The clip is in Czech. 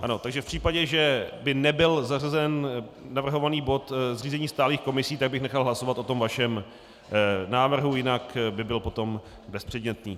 Ano, takže v případě, že by nebyl zařazen navrhovaný bod zřízení stálých komisí, tak bych nechal hlasovat o tom vašem návrhu, jinak by byl potom bezpředmětný.